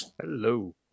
Hello